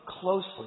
closely